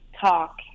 talk